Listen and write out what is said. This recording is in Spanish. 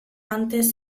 antes